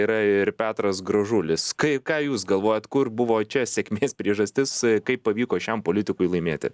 yra ir petras gražulis kai ką jūs galvojat kur buvo čia sėkmės priežastis kaip pavyko šiam politikui laimėti